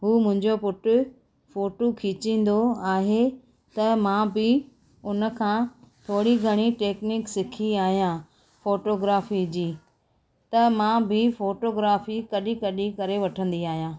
हू मुंहिंजो पुटु फ़ोटू खिचिंदो आहे त मां बि उनखां थोरी घणी टैक्निक सिखी आहियां फ़ोटोग्राफी जी त मां बि फ़ोटोग्राफी कढी कढी करे वठंदी आहियां